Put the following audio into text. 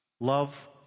Love